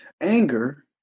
anger